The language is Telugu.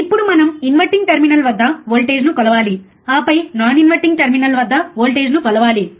ఇప్పుడు మనం ఇన్వర్టింగ్ టెర్మినల్ వద్ద వోల్టేజ్ను కొలవాలి ఆపై నాన్ ఇన్వర్టింగ్ టెర్మినల్ వద్ద వోల్టేజ్ను కొలవాలి